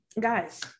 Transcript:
guys